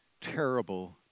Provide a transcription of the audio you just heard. terrible